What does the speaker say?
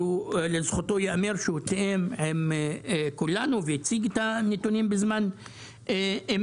לזכותו ייאמר שהוא תיאם עם כולנו והציג את הנתונים בזמן אמת.